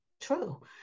true